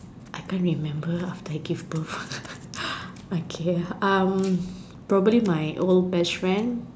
I can't remember after I give birth okay um probably my old best friend